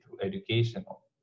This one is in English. Educational